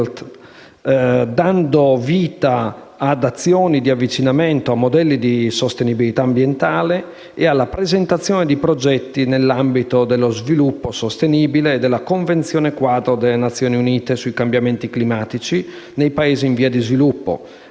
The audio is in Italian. dando vita ad azioni di avvicinamento a modelli di sostenibilità ambientale e alla presentazione di progetti nell'ambito dello sviluppo sostenibile e della Convenzione quadro delle Nazioni Unite sui cambiamenti climatici nei Paesi in via di sviluppo,